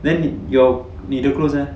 then your 你的 clothes leh